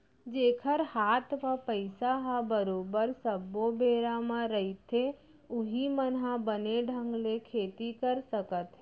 जेखर हात म पइसा ह बरोबर सब्बो बेरा म रहिथे उहीं मन ह बने ढंग ले खेती कर सकत हे